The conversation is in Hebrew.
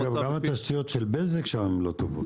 גם התשתיות של בזק שם לא טובות.